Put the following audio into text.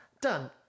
done